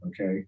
Okay